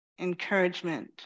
encouragement